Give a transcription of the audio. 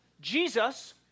Jesus